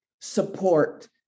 support